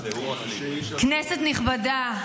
כנסת נכבדה,